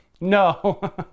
No